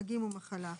חגים ומחלה.